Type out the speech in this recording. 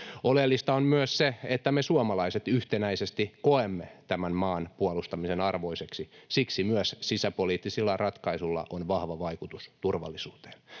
Oleellista on myös se, että me suomalaiset yhtenäisesti koemme tämän maan puolustamisen arvoiseksi, siksi myös sisäpoliittisilla ratkaisuilla on vahva vaikutus turvallisuuteen.